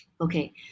Okay